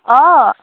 অঁ